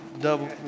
double